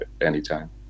anytime